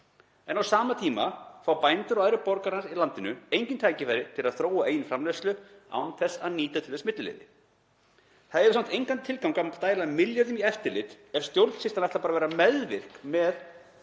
Á sama tíma fá bændur og aðrir borgarar í landinu engin tækifæri til að þróa eigin framleiðslu án þess að nýta t.d. milliliði. Það hefur samt engan tilgang að dæla milljörðum í eftirlit ef stjórnsýslan ætlar bara að vera meðvirk með